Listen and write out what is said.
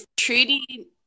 Trudy